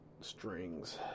strings